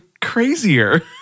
crazier